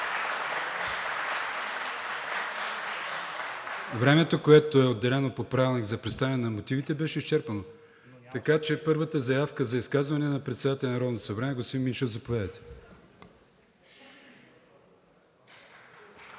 времето, което е отделено по правилник за представяне на мотивите, беше изчерпано. Така че първата заявка за изказване е на председателя на Народното събрание. Господин Минчев, заповядайте.